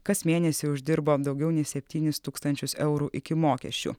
kas mėnesį uždirbo daugiau nei septynis tūkstančius eurų iki mokesčių